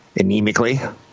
anemically